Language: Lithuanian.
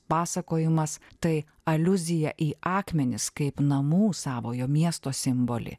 pasakojimas tai aliuzija į akmenis kaip namų savojo miesto simbolį